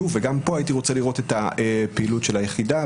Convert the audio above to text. וגם פה הייתי רוצה לראות את הפעילות של היחידה.